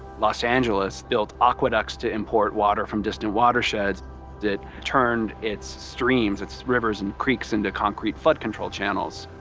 los angeles built aqueducts to import water from distant watersheds that turned it's streams, it's rivers, and creeks into concrete flood control channels.